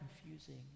confusing